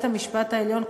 בית-המשפט העליון,